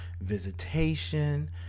visitation